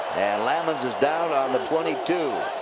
lammons is down on the twenty two.